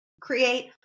create